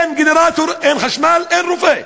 אין גנרטור, אין חשמל, אין רופא,